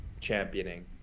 championing